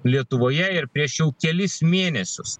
lietuvoje ir prieš jau kelis mėnesius